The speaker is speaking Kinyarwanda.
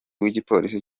w’igipolisi